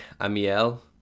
amiel